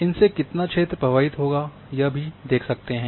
इनसे कितना क्षेत्र प्रभावित होगा यह भी देख सकते हैं